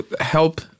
Help